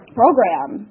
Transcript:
program